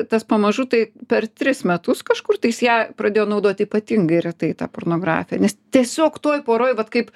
tas pamažu tai per tris metus kažkur tai jis ją pradėjo naudot ypatingai retai tą pornografiją nes tiesiog toj poroj vat kaip